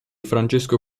francesco